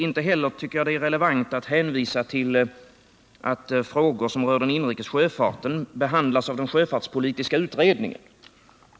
Inte heller tycker jag att det är relevant att hänvisa till att frågor som berör den inrikes sjöfarten behandlas av den sjöfartspolitiska utredningen.